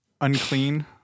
unclean